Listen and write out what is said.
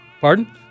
Pardon